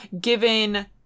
given